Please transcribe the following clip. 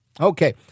Okay